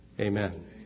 Amen